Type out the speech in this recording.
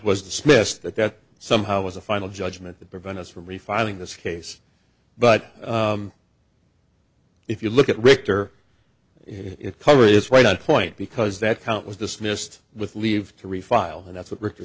was dismissed that that somehow was a final judgment that prevent us from refiling this case but if you look at richter it color it's right on point because that count was dismissed with leave to refile and that's what richter